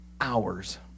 hours